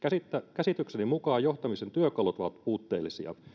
käsitykseni mukaan johtamisen työkalut ovat puutteellisia